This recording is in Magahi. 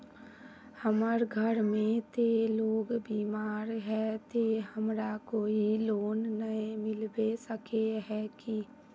हमर घर में ते लोग बीमार है ते हमरा कोई लोन नय मिलबे सके है की?